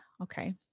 Okay